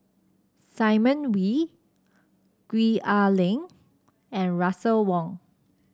Simon Wee Gwee Ah Leng and Russel Wong